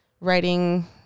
writing